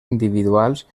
individuals